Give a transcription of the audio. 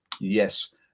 Yes